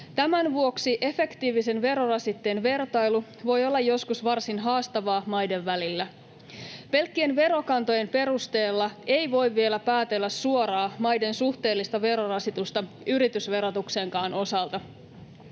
Tämän vuoksi efektiivisen verorasitteen vertailu voi olla joskus varsin haastavaa maiden välillä. Pelkkien verokantojen perusteella ei voi vielä päätellä suoraa maiden suhteellista verorasitusta yritysverotuksenkaan osalta.